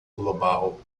global